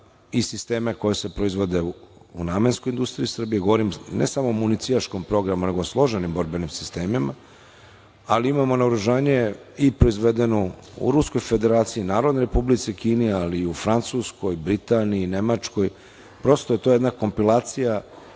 i sisteme koji se proizvode u Namenskoj industriji Srbije, govorim ne samo o municijaškom programu, nego o složenim borbenim sistemima, ali imamo naoružanje i proizvedeno u Ruskoj Federaciji, Narodnoj Republici Kini, ali i u Francuskoj, Britaniji, Nemačkoj. Prosto, to je jedna kompilacija